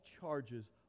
charges